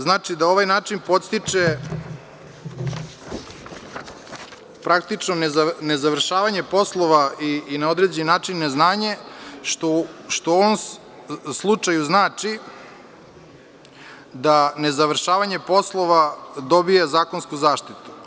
Znači da ovaj način podstiče praktično nezavršavanje poslova i na određeni način neznanje, što u ovom slučaju znači da nezavršavanje poslova dobija zakonsku zaštitu.